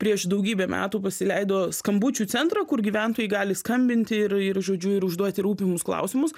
prieš daugybę metų pasileido skambučių centrą kur gyventojai gali skambinti ir ir žodžiu ir užduoti rūpimus klausimus